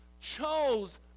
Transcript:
chose